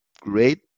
great